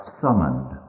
summoned